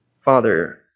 Father